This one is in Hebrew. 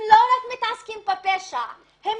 ארגוני הפשע לא רק מתעסקים בפשע אלא הם